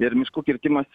ir miškų kirtimas